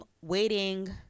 Waiting